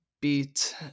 beat